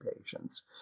patients